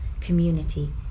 community